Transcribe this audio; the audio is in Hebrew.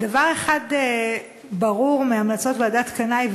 דבר אחד ברור מהמלצות ועדת קנאי,